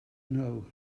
know